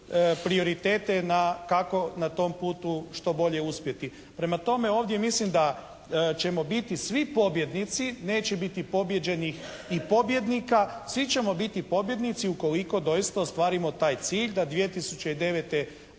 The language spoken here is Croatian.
prioritete kako na tom putu što bolje uspjeti. Prema tome ovdje mislim da ćemo biti svi pobjednici, neće biti pobijeđenih i pobjednika, svi ćemo biti pobjednici ukoliko doista ostvarimo taj cilj da 2009.